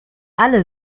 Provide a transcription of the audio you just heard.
alle